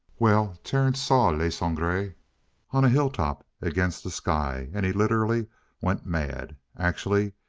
well, terence saw le sangre on a hilltop against the sky. and he literally went mad. actually,